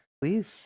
Please